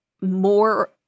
More